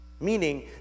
meaning